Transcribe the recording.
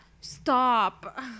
Stop